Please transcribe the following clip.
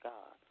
God